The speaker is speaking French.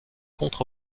contre